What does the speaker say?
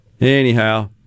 anyhow